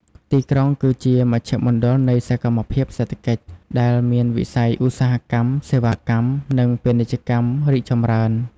ទីក្រុងគឺជាមជ្ឈមណ្ឌលនៃសកម្មភាពសេដ្ឋកិច្ច ដែលមានវិស័យឧស្សាហកម្ម សេវាកម្ម និងពាណិជ្ជកម្មរីកចម្រើន។